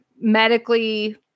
medically